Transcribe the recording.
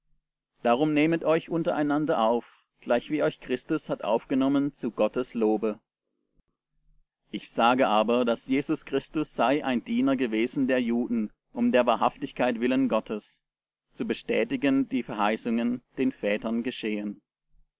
darum nehmet euch untereinander auf gleichwie euch christus hat aufgenommen zu gottes lobe ich sage aber daß jesus christus sei ein diener gewesen der juden um der wahrhaftigkeit willen gottes zu bestätigen die verheißungen den vätern geschehen